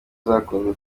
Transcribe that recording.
zakunzwe